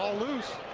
ah loose.